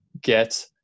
get